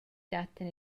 dattan